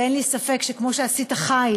ואין לי ספק שכמו שעשית חיל